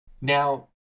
Now